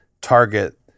target